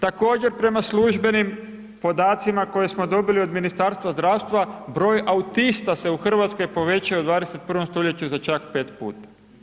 Također prema službenim podacima, koje smo dobili od Ministarstva zdravstva, broj autista se u Hrvatskoj povećaju u 21. st. za čak 5 puta.